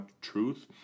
truth